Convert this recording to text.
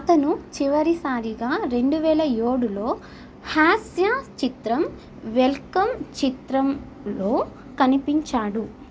అతను చివరి సారిగా రెండు వేల ఏడులో హాస్య చిత్రం వెల్కమ్ చిత్రంలో కనిపించాడు